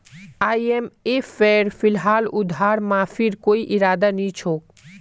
आईएमएफेर फिलहाल उधार माफीर कोई इरादा नी छोक